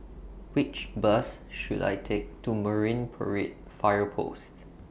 Which Bus should I Take to Marine Parade Fire Post